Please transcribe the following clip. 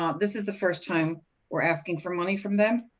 um this is the first time we're asking for money from them.